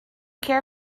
care